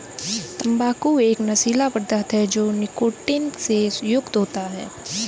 तंबाकू एक नशीला पदार्थ है जो निकोटीन से युक्त होता है